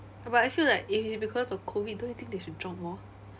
but I feel like if it's because of COVID don't you think they should drop more